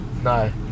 No